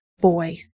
boy